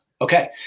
Okay